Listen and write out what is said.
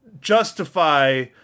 justify